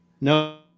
No